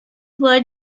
were